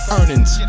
earnings